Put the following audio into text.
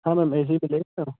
हाँ मैम